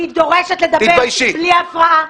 אני דורשת לדבר בלי הפרעה.